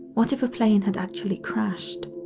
what if a plane had actually crashed?